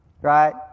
right